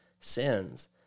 sins